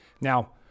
Now